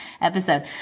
episode